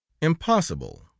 Impossible